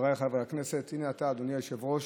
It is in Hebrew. חבריי חברי הכנסת, הינה אתה, אדוני היושב-ראש,